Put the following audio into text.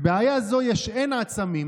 בבעיה הזו יש n עצמים